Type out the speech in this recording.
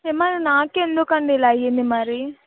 ఏ మరి నాకు ఎందుకు అండి ఇలా అయ్యింది మరి